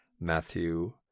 Matthew